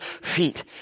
feet